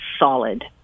solid